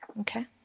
Okay